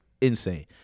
insane